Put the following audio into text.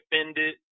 offended